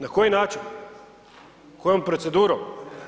Na koji način, kojom procedurom?